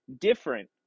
different